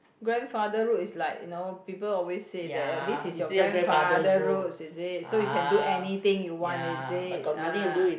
grandfather road is like you know people always say that this is your grandfather road is it so you can do anything you want is it ah